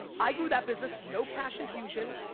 i grew that business, no cash infusion,